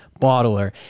bottler